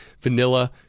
vanilla